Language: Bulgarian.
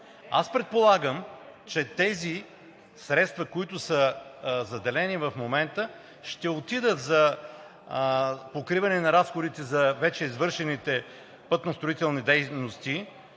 Аз предполагам, че тези средства, заделени в момента, ще отидат за покриване на разходите за вече извършените пътно-строителни дейности,